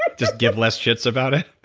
like just give less shits about it?